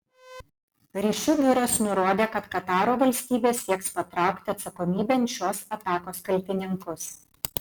ryšių biuras nurodė kad kataro valstybė sieks patraukti atsakomybėn šios atakos kaltininkus